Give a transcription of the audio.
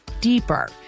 deeper